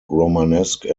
romanesque